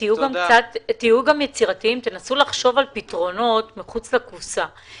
תהיו יצירתיים ותנסו לחשוב על פתרונות מחוץ לקופסה.